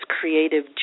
creative